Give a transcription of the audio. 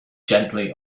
gently